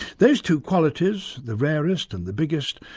those two qualities, the rarest and the biggest,